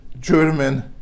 German